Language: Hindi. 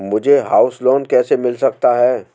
मुझे हाउस लोंन कैसे मिल सकता है?